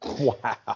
wow